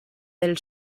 del